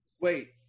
wait